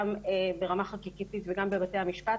גם ברמה חקיקתית וגם בבתי המשפט,